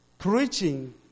Preaching